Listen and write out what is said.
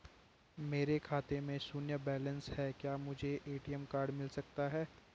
मेरे खाते में शून्य बैलेंस है क्या मुझे ए.टी.एम कार्ड मिल सकता है?